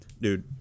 dude